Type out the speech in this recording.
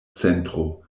centro